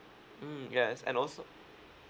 mm yes and also